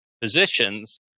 positions